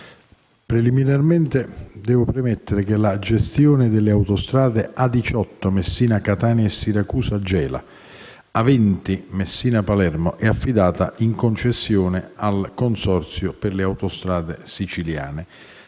preliminarmente devo premettere che la gestione delle autostrade Al8 (Messina-Catania e Siracusa-Gela) e A20 (Messina-Palermo) è affidata in concessione al Consorzio per le autostrade siciliane